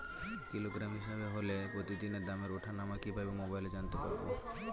Kilogram হিসাবে হলে প্রতিদিনের দামের ওঠানামা কিভাবে মোবাইলে জানতে পারবো?